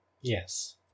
Yes